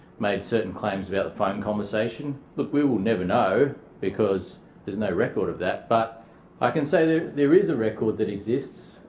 made certain claims about the phone conversation, look we will never know because there's no record of that, but i can say there there is a record that exists,